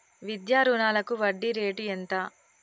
విద్యా రుణాలకు వడ్డీ రేటు ఎంత?